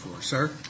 Sir